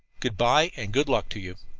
good-by, and good luck to you.